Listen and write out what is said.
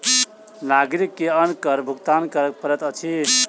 नागरिक के अन्य कर के भुगतान कर पड़ैत अछि